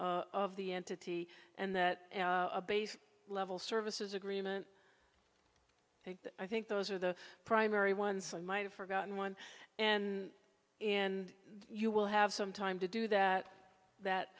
operation of the entity and that a base level services agreement i think those are the primary ones i might have forgotten one and and you will have some time to do that that